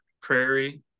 prairie